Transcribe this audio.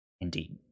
Indeed